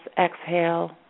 exhale